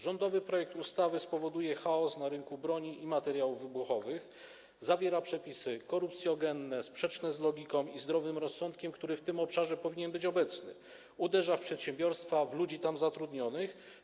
Rządowy projekt ustawy spowoduje chaos na rynku broni i materiałów wybuchowych, zawiera przepisy korupcjogenne, sprzeczne z logiką i zdrowym rozsądkiem, który w tym obszarze powinien być obecny, uderza w przedsiębiorstwa, w ludzi tam zatrudnionych.